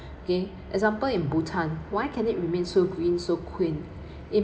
okay example in bhutan why can it remains so green so in